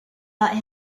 out